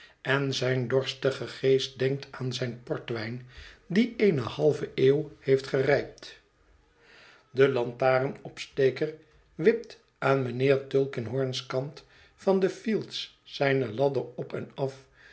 en zijn dorstige geest denkt aan zijn portwijn dien eene halve eeuw heeft gerijpt de lantaarnopsteker wipt aan mijnheer tulkinghorn's kant van de fields zijne ladder op en af